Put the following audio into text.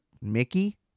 Mickey